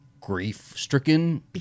grief-stricken